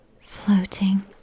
floating